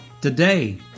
today